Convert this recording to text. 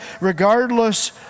regardless